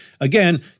Again